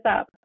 up